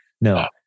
No